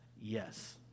Yes